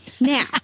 Now